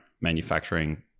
manufacturing